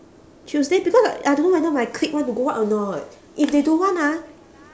tuesday because like I don't know whether my clique want to go out or not if they don't want ah